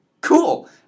Cool